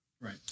Right